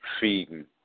feeding